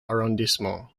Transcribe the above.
arrondissements